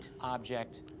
object